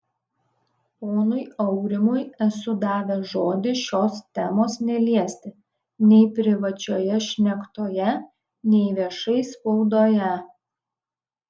ponui aurimui esu davęs žodį šios temos neliesti nei privačioje šnektoje nei viešai spaudoje